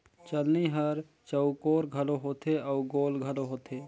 चलनी हर चउकोर घलो होथे अउ गोल घलो होथे